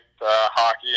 hockey